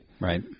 right